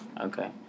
Okay